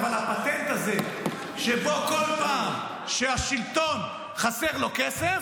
אבל הפטנט הזה שבו כל פעם שלשלטון חסר כסף